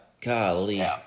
Golly